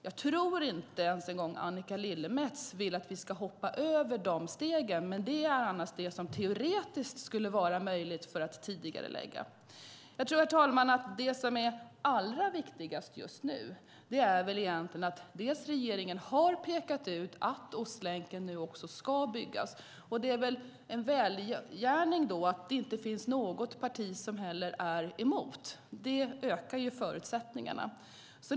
Jag tror inte att Annika Lillemets vill att vi ska hoppa över de stegen. Men det är det som teoretiskt skulle vara möjligt. Herr talman! Jag tror att det som är allra viktigast just nu är att regeringen har pekat ut att Ostlänken ska byggas. Det är bra att det inte finns något parti som är emot. Det ökar förutsättningarna.